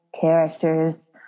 characters